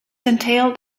entailed